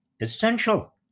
essential